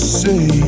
say